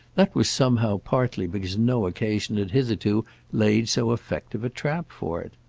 that was somehow partly because no occasion had hitherto laid so effective a trap for it.